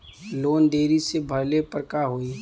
Loan देरी से भरले पर का होई?